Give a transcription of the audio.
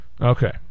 Okay